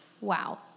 wow